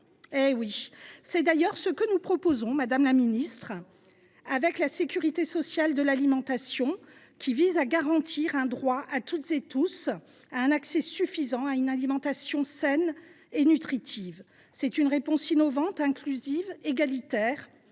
d’accord. C’est d’ailleurs ce que nous proposons, madame la ministre, au travers de la sécurité sociale de l’alimentation qui vise à garantir un droit à toutes et tous à un accès suffisant à une alimentation saine et nutritive. C’est une réponse innovante, inclusive, égalitaire